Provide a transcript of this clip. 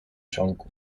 ciągu